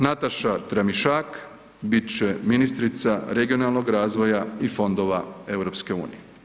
Nataša Tramišak bit će ministrica regionalnog razvoja i fondova EU.